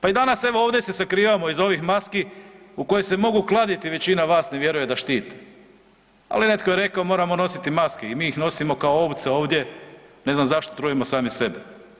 Pa i danas evo ovdje se sakrivamo iza ovih maski u koje se mogu kladiti, većina vas ne vjeruje da štiti ali netko je rekao moramo nositi maske i mi ih nosimo kao ovce ovdje, ne znam zašto trujemo sami sebe.